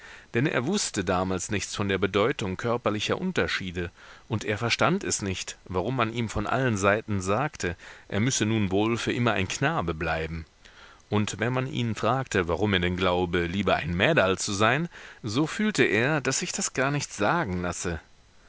denn er wußte damals nichts von der bedeutung körperlicher unterschiede und er verstand es nicht warum man ihm von allen seiten sagte er müsse nun wohl für immer ein knabe bleiben und wenn man ihn fragte warum er denn glaube lieber ein mäderl zu sein so fühlte er daß sich das gar nicht sagen lasse